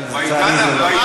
אבל, לצערי, זה לא.